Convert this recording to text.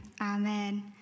amen